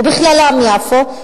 ובכללן יפו,